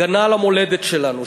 הגנה על המולדת שלנו,